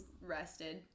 rested